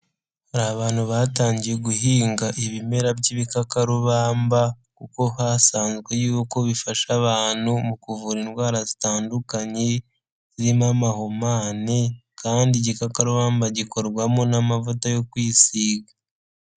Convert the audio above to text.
Hari abantu batangiye guhinga ibimera by'ibikakarubamba kuko hasanzwe y'uko bifasha abantu mu kuvura indwara zitandukanye zirimo amahumane kandi igikakabamba gikorwamo n'amavuta yo kwisiga.